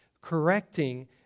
correcting